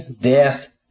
death